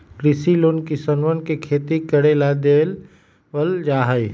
कृषि लोन किसनवन के खेती करे ला देवल जा हई